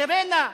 סירנה,